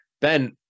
Ben